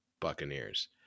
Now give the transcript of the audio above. buccaneers